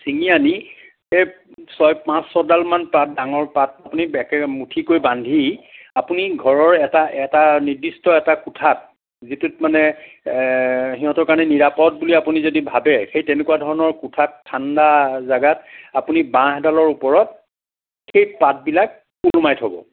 ছিঙি আনি এই ছয় পাঁচ ছয়ডালমান পাত ডাঙৰ পাত আপুনি মুঠিকৈ বান্ধি আপুনি ঘৰৰ এটা এটা নিৰ্দিষ্ট এটা কোঠাত যিটোত মানে সিহঁতৰ কাৰণে নিৰাপদ বুলি আপুনি যদি ভাবে সেই তেনেকুৱা ধৰণৰ কোঠাত ঠাণ্ডা জেগাত আপুনি বাঁহ এডালৰ ওপৰত সেই পাতবিলাক ওলোমাই থ'ব